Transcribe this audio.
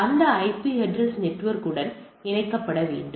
அந்த IP address நெட்வொர்க்குடன் இணைக்கப்பட வேண்டும்